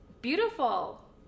Beautiful